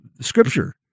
Scripture